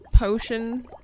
potion